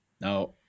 now